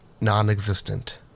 non-existent